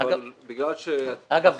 אבל בגלל --- אגב,